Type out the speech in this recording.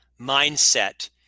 mindset